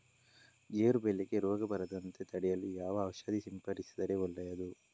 ಗೇರು ಬೆಳೆಗೆ ರೋಗ ಬರದಂತೆ ತಡೆಯಲು ಯಾವ ಔಷಧಿ ಸಿಂಪಡಿಸಿದರೆ ಒಳ್ಳೆಯದು?